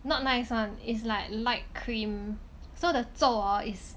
not nice one is like light cream so the 皱 hor is